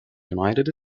united